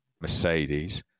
Mercedes